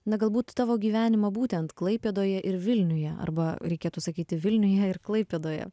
na galbūt tavo gyvenimą būtent klaipėdoje ir vilniuje arba reikėtų sakyti vilniuje ir klaipėdoje